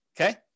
okay